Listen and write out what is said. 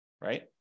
right